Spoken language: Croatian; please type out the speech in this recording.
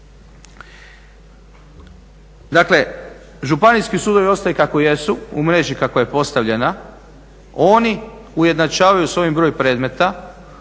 Dakle županijski sudovi ostaju kako jesu u mreži kako je postavljena, oni ujednačavaju s ovim broj predmeta.